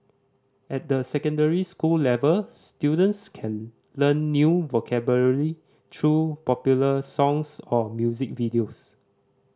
at the secondary school level students can learn new vocabulary through popular songs or music videos